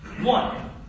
one